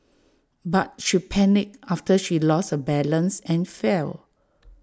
but she panicked after she lost her balance and fell